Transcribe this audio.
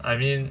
I mean